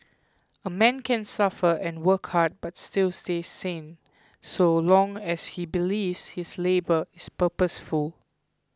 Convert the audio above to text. a man can suffer and work hard but still stay sane so long as he believes his labour is purposeful